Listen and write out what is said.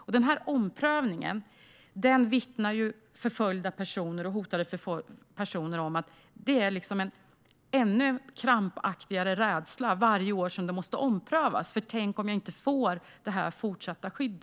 Förföljda och hotade personer vittnar om att denna årliga omprövning av markeringen skapar en ytterligare krampaktig rädsla vid tanken på att man kanske inte får ett fortsatt skydd.